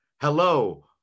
hello